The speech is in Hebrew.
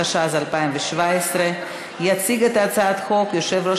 התשע"ז 2017. יציג את הצעת החוק יושב-ראש